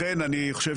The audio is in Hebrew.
לכן אני חושב